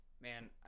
Man